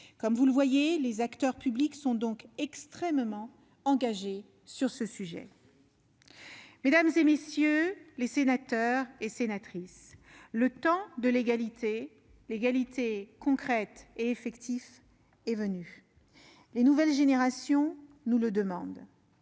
Comme vous le voyez, les acteurs publics sont donc extrêmement engagés sur ce sujet. Mesdames, messieurs les sénateurs et sénatrices, le temps de l'égalité concrète et effective est venu. Les nouvelles générations nous le demandent.